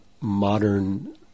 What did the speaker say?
modern